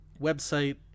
website